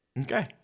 Okay